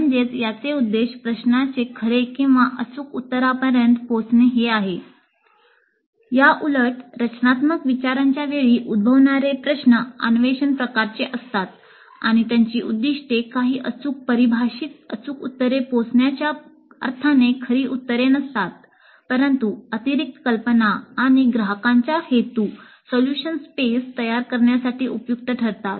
म्हणजेच याचे उद्देश प्रश्नाचे खरे किंवा अचूक उत्तरापर्यंत पोहोचणे हे आहे याउलट रचनात्मक विचारांच्या वेळी उद्भवणारे प्रश्न अन्वेषण प्रकारचे आसतात आणि त्यांची उद्दिष्टे काही अचूक परिभाषित अचूक उत्तरे पोहोचण्याच्या अर्थाने खरी उत्तरे नसतात परंतु अतिरिक्त कल्पना आणि ग्राहकांच्या हेतू सोल्यूशन स्पेस तयार करण्यासाठी उपयुक्त ठरतात